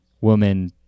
woman